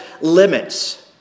limits